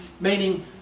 meaning